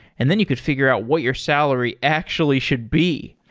and then you could figure out what your salary actually should be.